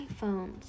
iPhones